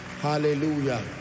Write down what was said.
Hallelujah